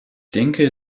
denke